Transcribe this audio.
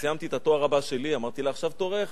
כשסיימתי את התואר הבא שלי, אמרתי לה: עכשיו תורך.